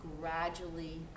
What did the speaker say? gradually